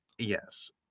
yes